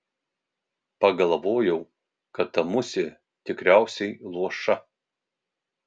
pagalvojau kad ta musė tikriausiai luoša